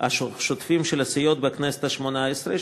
השוטפים של הסיעות בכנסת השמונה-עשרה,